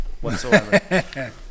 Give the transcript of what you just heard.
whatsoever